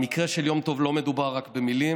במקרה של יום טוב לא מדובר רק במילים,